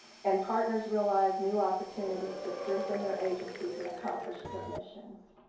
and partners realize new opportunities to strengthen their agencies and accomplish their missions.